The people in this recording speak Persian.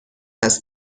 است